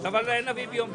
אתה מפלגת שר האוצר.